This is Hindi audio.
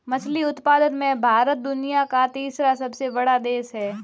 मछली उत्पादन में भारत दुनिया का तीसरा सबसे बड़ा देश है